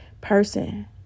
person